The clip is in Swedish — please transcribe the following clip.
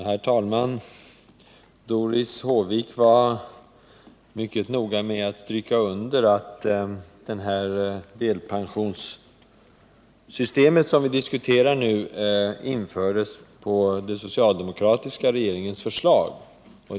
Herr talman! Doris Håvik var mycket noga med att stryka under att det delpensionssystem som vi nu diskuterar infördes på den socialdemokratiska regeringens förslag.